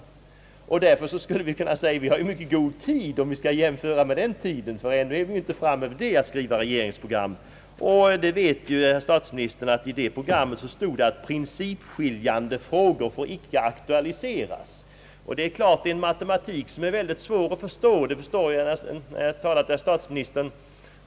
Därför skulle vi kunna säga att vi nu har god tid om vi skall jämföra med förhållandena år 1951. Ännu är vi inte framme vid att skriva regeringsprogram. Statsministern vet ju att i 1951 års program stod att »principskiljande frå gor» inte får aktualiseras. I fråga om ett eventuellt regeringssamarbete mellan de tre borgerliga partierna vill jag framhålla följande.